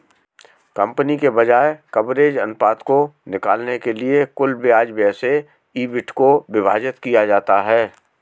company के ब्याज coverage अनुपात को निकालने के लिए कुल ब्याज व्यय से ईबिट को विभाजित किया जाता है